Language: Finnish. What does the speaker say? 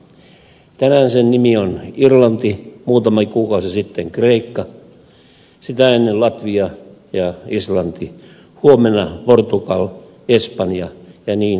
tänään sen nimi on irlanti muutama kuukausi sitten kreikka sitä ennen latvia ja islanti huomenna portugal espanja ja niin edelleen